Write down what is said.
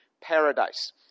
Paradise